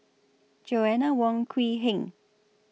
Joanna Wong Quee Heng